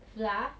flour